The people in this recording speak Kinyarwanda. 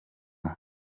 rero